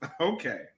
okay